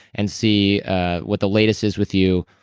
and see what the latest is with you.